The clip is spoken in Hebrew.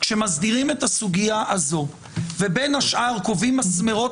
כשמסדירים את הסוגיה הזאת ובין השאר קובעים מסמרות